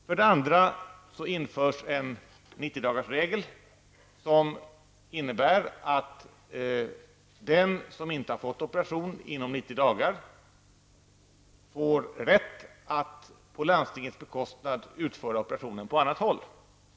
För det andra införs en 90 dagars-regel som innebär att den som inte har fått operation inom 90 dagar får rätt att på landstingets bekostnad utföra operationen på annat håll.